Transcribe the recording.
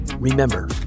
Remember